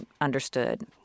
understood